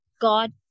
God